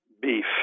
beef